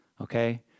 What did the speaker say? okay